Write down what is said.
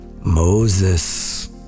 Moses